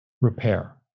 repair